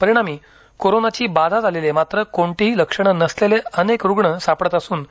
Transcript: परिणामी करोनाची बाधा झालेले मात्र कोणतीही लक्षणे नसलेले अनेक रुग्ण सापडत असून